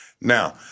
Now